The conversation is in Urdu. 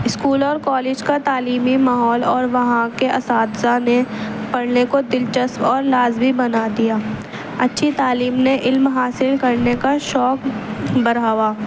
اسکول اور کالج کا تعلیمی ماحول اور وہاں کے اساتذہ نے پڑھنے کو دلچسپ اور لازمی بنا دیا اچھی تعلیم نے علم حاصل کرنے کا شوق بڑھایا